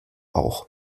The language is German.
auch